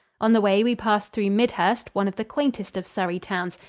on the way we passed through midhurst, one of the quaintest of surrey towns,